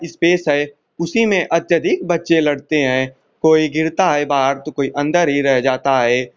space है उसी में अत्यधिक बच्चे लड़ते हैं कोई गिरता है बाहर तो कोई अंदर ही रह जाता है